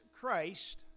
Christ